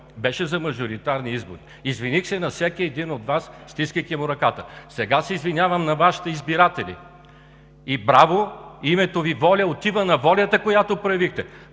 беше за мажоритарни избори. Извиних се на всеки един от Вас, стискайки му ръката. Сега се извинявам на Вашите избиратели. И браво – името Ви – ВОЛЯ, отива на волята, която проявихте!